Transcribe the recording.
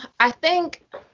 i think.